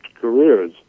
careers